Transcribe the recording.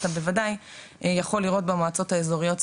אתה בוודאי יכול לראות במועצות האזוריות סביבך,